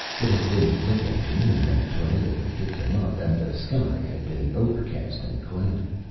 it had been late afternoon when the tornado had picked him up. and the sky had been overcast and cloudy.